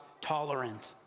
tolerant